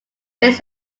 base